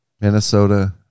Minnesota